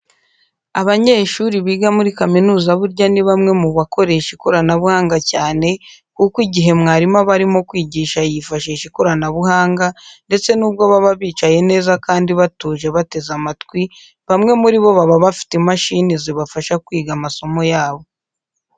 Abanyeshuri biga muri kaminuza burya ni bamwe mu bakoresha ikoranabuhanga cyane kuko igihe mwarimu aba arimo kwigisha yifashisha ikoranabuhanga ndetse n'ubwo baba bicaye neza kandi batuje bateze amatwi bamwe muri bo baba bafite imashini zibafasha kwiga amasomo yabo.